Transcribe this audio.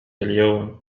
اليوم